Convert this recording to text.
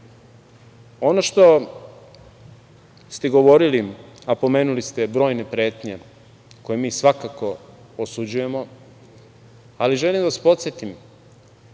što ste govorili, a pomenuli ste brojne pretnje koje mi svakako osuđujemo, ali želim da vas podsetim,